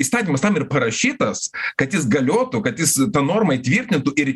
įstatymas tam ir parašytas kad jis galiotų kad jis tą normą įtvirtintų ir